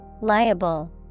liable